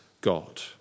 God